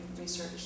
research